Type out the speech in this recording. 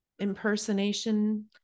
impersonation